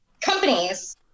companies